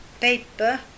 paper